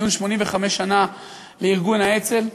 לציון 85 שנה לארגון האצ"ל.